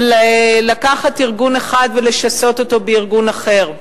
של לקחת ארגון אחד ולשסות אותו בארגון אחר.